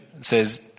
says